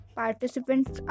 participants